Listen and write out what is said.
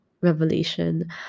revelation